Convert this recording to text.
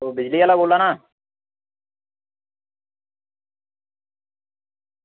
ओह् बिजली आह्ला बोला ना